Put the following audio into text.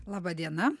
laba diena